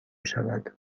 شود